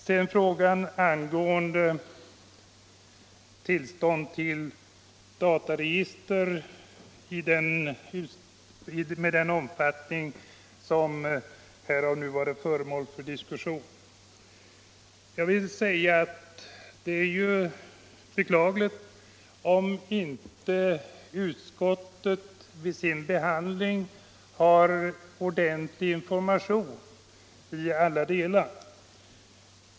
Sedan var det frågan om tillstånd till dataregister av den omfattning som här har varit föremål för diskussion. Det är beklagligt om inte utskottet vid sin behandling hade tillgång till ”all” information i ärendet.